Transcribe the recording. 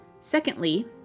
Secondly